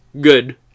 good